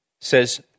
says